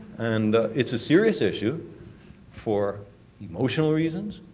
and it's a serious issue for emotional reasons.